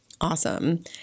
Awesome